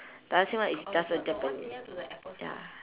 plaza sing one is just a japanese ya